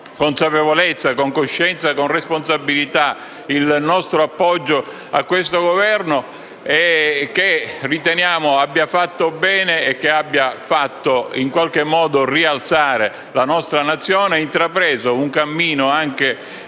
con consapevolezza, coscienza e responsabilità, il nostro appoggio a questo Governo, che riteniamo abbia fatto bene e abbia fatto rialzare la nostra Nazione, intraprendendo un cammino, anche